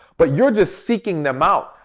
but you're just seeking them out.